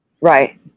Right